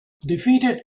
defeated